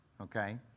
Okay